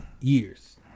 years